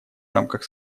рамках